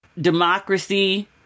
democracy